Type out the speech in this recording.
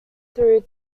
through